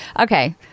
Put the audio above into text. okay